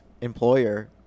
employer